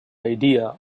idea